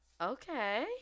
Okay